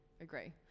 agree